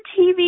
TV